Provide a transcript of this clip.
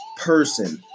Person